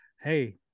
hey